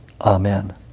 Amen